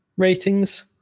ratings